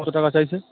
কত টাকা চাইছে